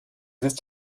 ist